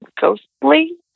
ghostly